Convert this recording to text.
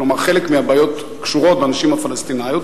כלומר חלק מהבעיות קשור בנשים הפלסטיניות,